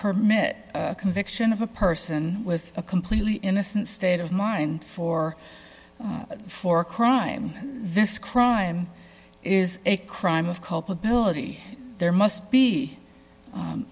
permit conviction of a person with a completely innocent state of mind for for a crime this crime is a crime of culpability there must be